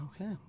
Okay